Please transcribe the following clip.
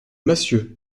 massieu